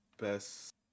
best